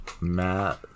Matt